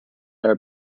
air